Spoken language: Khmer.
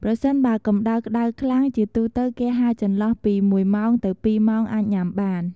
ប្រសិនបើកម្តៅក្តៅខ្លាំង ជាទូទៅគេហាលចន្លោះពី១ម៉ោងទៅ២ម៉ោងអាចញ៉ាំបាន។